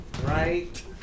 Right